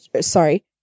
sorry